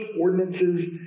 ordinances